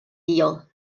dir